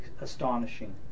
astonishing